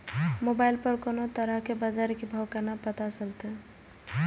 Mobile पर कोनो तरह के बाजार के भाव केना पता चलते?